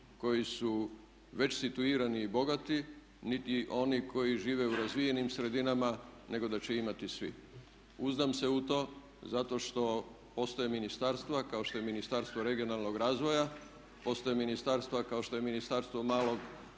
koji su već situirani i bogati niti oni koji žive u razvijenim sredinama nego da će imati svi. Uzdam se u to zato što postoje ministarstva kao što je Ministarstvo regionalnog razvoja, postoje ministarstva kao što je Ministarstvo malog